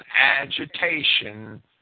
agitation